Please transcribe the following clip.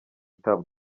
itama